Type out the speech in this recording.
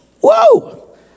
Whoa